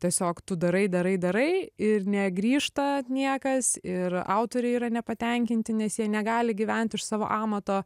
tiesiog tu darai darai darai ir negrįžta niekas ir autoriai yra nepatenkinti nes jie negali gyvent iš savo amato